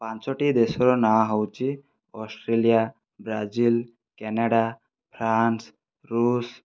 ପାଞ୍ଚୋଟି ଦେଶର ନାଁ ହେଉଛି ଅଷ୍ଟ୍ରେଲିଆ ବ୍ରାଜିଲ କାନାଡ଼ା ଫ୍ରାନ୍ସ ରୁଷ